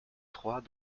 trois